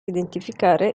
identificare